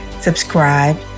subscribe